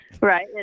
Right